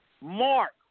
Mark